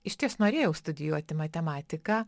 išties norėjau studijuoti matematiką